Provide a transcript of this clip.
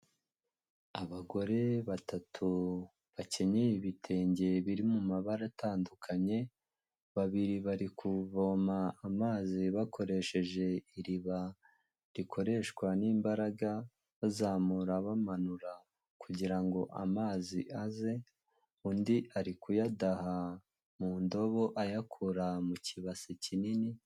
Abagore batatu bakennye ibitenge biri mu mabara atandukanye, babiri bari kuvoma amazi bakoresheje iriba rikoreshwa n'imbaraga bazamura, bamanura kugira ngo amazi aze, undi ari kuyadaha mu ndobo ayakura mu kibase kinini.